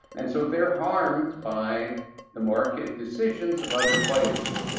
and so they're harmed by the market decisions of other players.